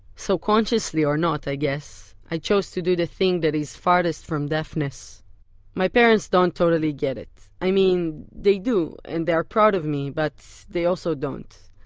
so consciously or not, i guess, i chose to do the thing that is farthest from deafness my parents don't totally get it. i mean they do, and they are proud of me, but they also don't.